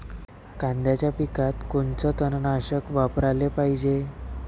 कांद्याच्या पिकात कोनचं तननाशक वापराले पायजे?